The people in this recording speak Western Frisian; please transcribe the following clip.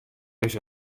dizze